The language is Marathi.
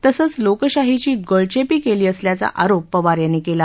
तसंच लोकशाहीची गळचेपी केली असल्याचा आरोप पवार यांनी केला